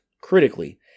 critically